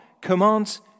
commands